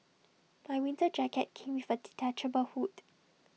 my winter jacket came with A detachable hood